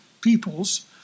peoples